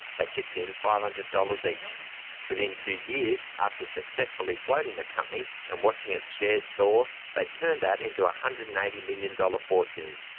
they chipped in five hundred dollars each. within two years, after successfully floating the company and watching its shares soar, they had turned that into a one hundred and eighty million dollars fortune.